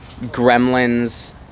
Gremlins